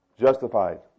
justified